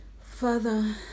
father